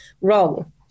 wrong